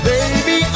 Baby